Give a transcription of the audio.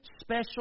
special